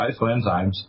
isoenzymes